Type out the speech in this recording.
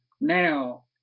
now